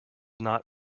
not